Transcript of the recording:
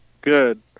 Good